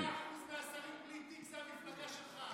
100% מהשרים בלי תיק זה המפלגה שלך.